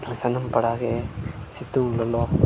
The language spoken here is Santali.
ᱥᱟᱱᱟᱢ ᱯᱟᱲᱟᱜᱮ ᱥᱤᱛᱩᱝ ᱞᱚᱞᱚ